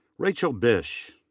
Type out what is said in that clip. rachel bish.